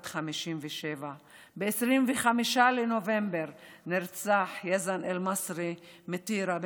בת 57. ב-25 בנובמבר נרצח יזן אלמסרי מטירה,